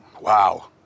Wow